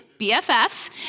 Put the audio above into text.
BFFs